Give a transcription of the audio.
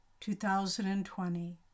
2020